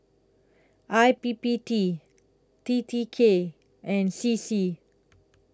I P P T T T K and C C